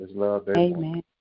Amen